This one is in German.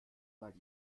mal